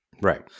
right